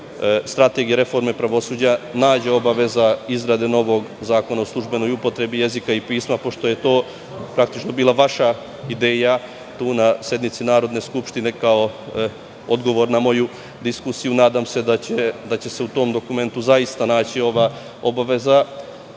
Strategije reforme pravosuđa nađe obaveza izrade novog zakona o službenoj upotrebi jezika i pisma, pošto je to praktično bila vaša ideja na sednici Narodne skupštine kao odgovor na moju diskusiju. Nadam se da će se u tom dokumentu zaista naći ova obaveza. Ovaj